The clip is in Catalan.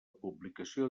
publicació